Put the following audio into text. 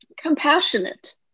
compassionate